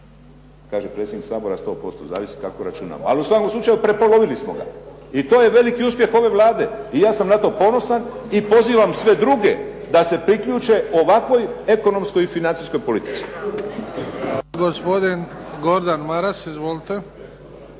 Kaže predsjednik Sabora sto posto, zavisi kako računamo. Ali u svakom slučaju prepolovili smo ga i to je veliki uspjeh ove Vlade i ja sam na to ponosan i pozivam sve druge da se priključe ovakvoj ekonomskoj i financijskoj politici.